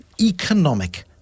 economic